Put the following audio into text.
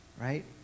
right